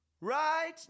right